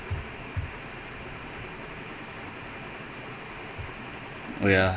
after that match err everytime wants to lose to lead